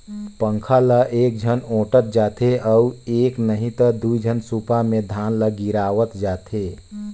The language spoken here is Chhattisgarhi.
पंखा ल एकझन ओटंत जाथे अउ एक नही त दुई झन सूपा मे धान ल गिरावत जाथें